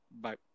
Bye